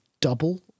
double